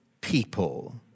people